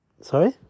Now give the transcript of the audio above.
Sorry